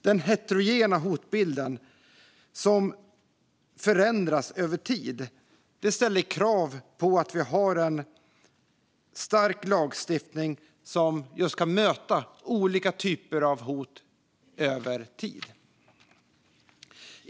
Den heterogena hotbilden, som förändras över tid, ställer krav på att vi har en stark lagstiftning som kan möta olika typer av hot över tid.